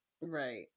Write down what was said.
right